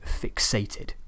fixated